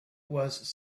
was